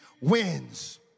wins